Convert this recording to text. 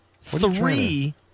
Three